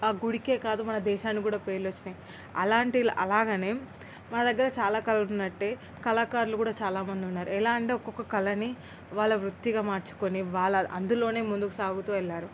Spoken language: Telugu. ఆ గుడికే కాదు మన దేశాన్ని కూడా పేర్లు వచ్చాయి అలాంటి అలాగనే మన దగ్గర చాలా కళలు ఉన్నట్టే కళాకారులు కూడా చాలా మంది ఉన్నారు ఎలా అంటే ఒక్కొక్క కళని వాళ్ళు వృత్తిగా మార్చుకొని వాళ్ళు అందులోనే ముందుకు సాగుతూ వెళ్ళారు